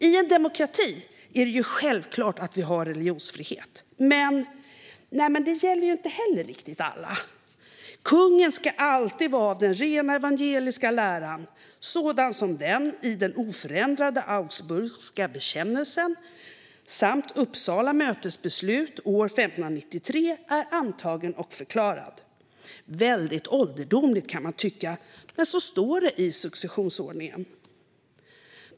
I en demokrati är det självklart att vi har religionsfrihet. Men det gäller inte heller riktigt alla. Kungen ska alltid vara av den rena evangeliska läran, sådan som den, uti den oförändrade Augsburgiska bekännelsen, samt Uppsala mötes beslut av år 1593, antagen och förklarad är. Det är väldigt ålderdomligt, kan man tycka, men så står det i successionsordningen.